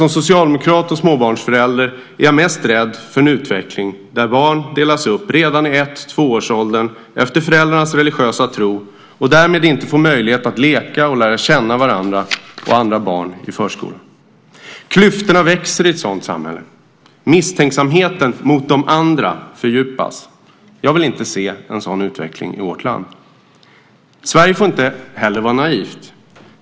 Som socialdemokrat och småbarnsförälder är jag mest rädd för en utveckling där barn delas upp redan i 1-2-årsåldern efter föräldrarnas religiösa tro och därmed inte får möjlighet att leka och lära känna varandra och andra barn i förskolan. Klyftorna växer i ett sådant samhälle. Misstänksamheten mot de andra fördjupas. Jag vill inte se en sådan utveckling i vårt land. Sverige får heller inte vara naivt.